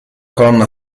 colonna